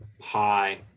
Hi